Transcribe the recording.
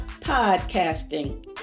podcasting